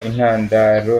intandaro